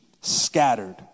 scattered